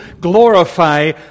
glorify